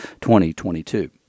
2022